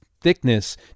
thickness